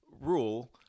rule